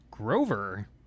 Grover